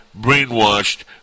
Brainwashed